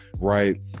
right